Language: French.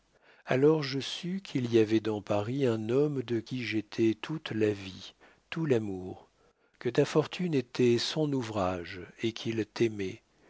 alors je sus qu'il y avait dans paris un homme de qui j'étais toute la vie tout l'amour que ta fortune était son ouvrage et qu'il t'aimait